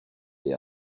the